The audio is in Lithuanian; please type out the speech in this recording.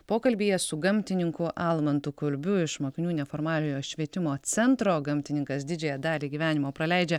pokalbyje su gamtininku almantu kulbiu iš mokinių neformaliojo švietimo centro gamtininkas didžiąją dalį gyvenimo praleidžia